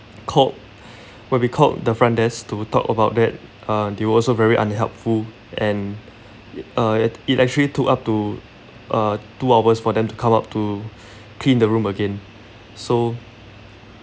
called when we called the front desk to talk about that uh they were also very unhelpful and uh it actually took up to uh two hours for them to come up to clean the room again so